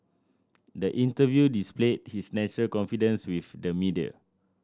the interview displayed his natural confidence with the media